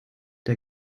der